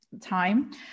time